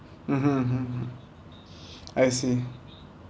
mmhmm mmhmm I see